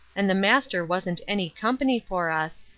and the master wasn't any company for us,